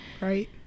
Right